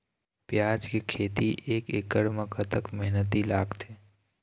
प्याज के खेती एक एकड़ म कतक मेहनती लागथे?